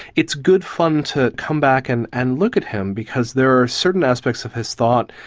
it's good fun to come back and and look at him because there are certain aspects of his thought,